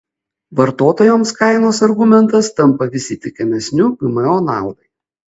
vartotojams kainos argumentas tampa vis įtikinamesniu gmo naudai